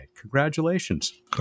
Congratulations